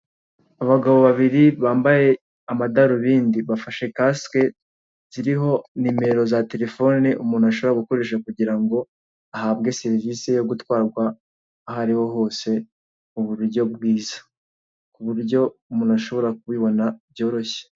Abagabo babiri bambaye amadarubindi bafashe kasike ziriho nimero za telefone umuntu ashobora gukoresha kugira ngo ahabwe serivise yo gutwarwa aho ari ho hose mu buryo bwiza, mu buryo umuntu ashobora kumubona byoroshye.